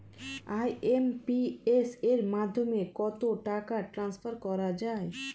IMPS এর মাধ্যমে কত টাকা ট্রান্সফার করা যায়?